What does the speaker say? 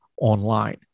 online